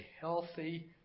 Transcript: healthy